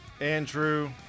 Andrew